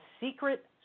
secret